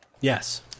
Yes